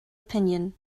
opinion